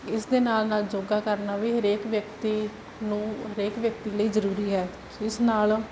ਇਸ ਦੇ ਨਾਲ ਨਾਲ ਯੋਗਾ ਕਰਨਾ ਵੀ ਹਰੇਕ ਵਿਅਕਤੀ ਨੂੰ ਹਰੇਕ ਵਿਅਕਤੀ ਲਈ ਜ਼ਰੂਰੀ ਹੈ ਇਸ ਨਾਲ